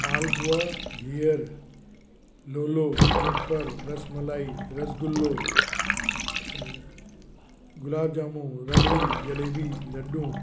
मालपूआ गिहर लोलो कूपर रसमलाई रसगुल्लो गुलाब जामून रबड़ी जलेबी लड्डू